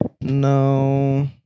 No